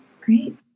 great